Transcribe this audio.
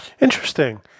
Interesting